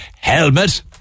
Helmet